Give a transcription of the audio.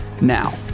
Now